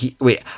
wait